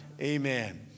Amen